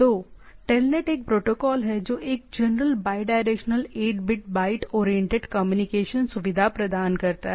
तो टेलनेट एक प्रोटोकॉल है जो एक general bidirectional 8 bit byte oriented communication सुविधा प्रदान करता है